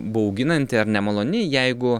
bauginanti ar nemaloni jeigu